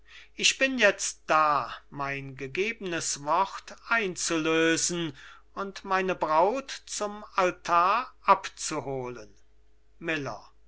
auf ich bin jetzt da mein gegebenes wort einzulösen und meine braut zum altar abzuholen miller